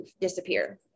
disappear